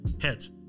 Heads